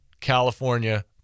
California